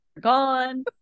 gone